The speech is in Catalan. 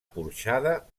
porxada